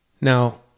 Now